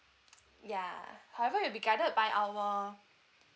yeah however it'll be guided by our